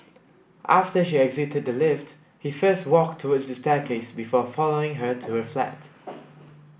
after she exited the lift he first walked towards the staircase before following her to her flat